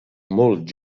molt